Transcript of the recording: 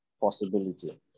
possibility